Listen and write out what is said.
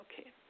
Okay